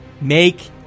make